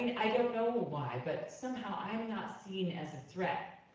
and i don't know why but somehow i'm not seen as a threat.